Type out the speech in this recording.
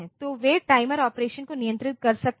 तो वे timer operation को नियंत्रित कर सकते हैं